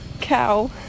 cow